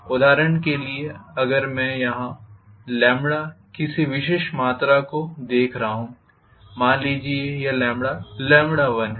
उदाहरण के लिए अगर मैं यहाँ किसी विशेष मात्रा को देख रहा हूँ मान लीजिए यह 1 है